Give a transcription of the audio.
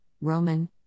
Roman